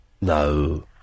No